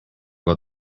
got